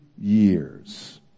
years